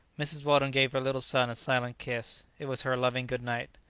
mrs. weldon gave her little son a silent kiss it was her loving good night.